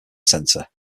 centre